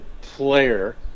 player